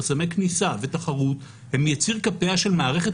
חסמי כניסה ותחרות הם יציר כפיה של מערכת